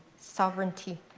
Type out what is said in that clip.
sovereignty